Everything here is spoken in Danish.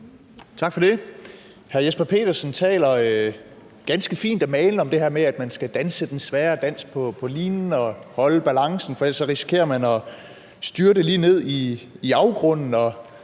Tak for det. Hr. Jesper Petersen taler ganske fint og malende om det her med, at man skal danse den svære dans på linen og holde balancen, for ellers risikerer man at styrte lige ned i afgrunden,